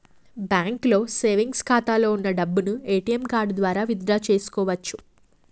బ్యాంకులో సేవెంగ్స్ ఖాతాలో వున్న డబ్బును ఏటీఎం కార్డు ద్వారా విత్ డ్రా చేసుకోవచ్చు